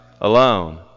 alone